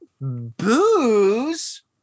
Booze